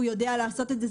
הוא יודע לעשות את זה,